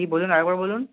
কী বলুন আর একবার বলুন